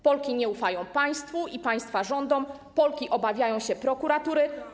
Polki nie ufają państwu ani państwa rządom, Polki obawiają się prokuratury.